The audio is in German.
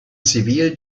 civil